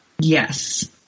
yes